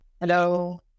Hello